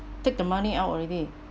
take the money out already